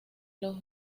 los